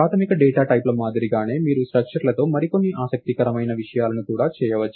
ప్రాథమిక డేటా టైప్ల మాదిరిగానే మీరు స్ట్రక్చర్లతో మరికొన్ని ఆసక్తికరమైన విషయాలను కూడా చేయవచ్చు